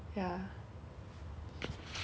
oh ya and you know what I miss about korea